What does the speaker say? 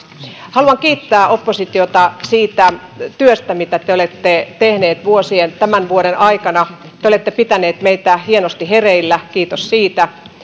haluan kiittää oppositiota siitä työstä mitä te olette tehneet tämän vuoden aikana te olette pitäneet meitä hienosti hereillä kiitos siitä